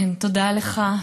תודה לך.